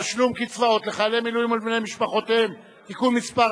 תשלום קצבאות לחיילי מילואים ולבני משפחותיהם (תיקון מס'